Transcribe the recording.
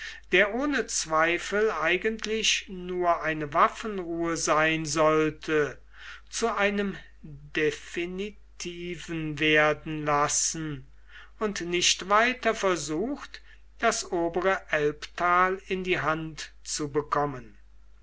der ohne zweifel eigentlich nur eine waffenruhe sein sollte zu einem definitiven werden lassen und nicht weiter versucht das obere elbtal in die hand zu bekommen